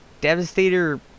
Devastator